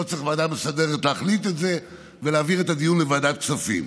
לא צריך ועדה מסדרת להחליט להעביר את הדיון לוועדת הכספים.